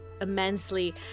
immensely